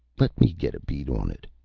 let me get a bead on it.